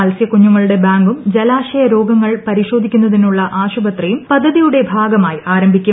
മത്സ്യക്കുഞ്ഞുങ്ങളുടെ ബാങ്കും ജലാശയ രോഗങ്ങൾ പരിശോധിക്കുന്നതിനുള്ള ആശുപത്രിയും പദ്ധതിയുടെ ഭാഗമായി ആരംഭിക്കും